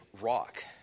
rock